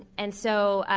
and so,